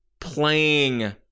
playing